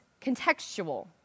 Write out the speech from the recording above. contextual